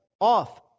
off